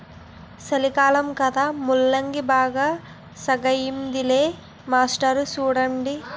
సలికాలం కదా ముల్లంగి బాగా సాగయ్యిందిలే మాస్టారు సూడండి